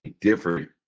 different